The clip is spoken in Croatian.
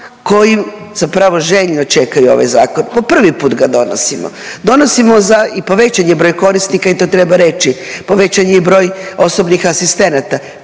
koji zapravo željno očekuju ovaj zakon. Po prvi put ga donosimo. Donosimo za i povećan je broj korisnika i to treba reći. Povećan je i broj osobnih asistenata.